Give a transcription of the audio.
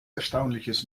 erstaunliches